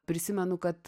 prisimenu kad